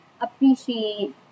appreciate